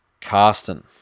Carsten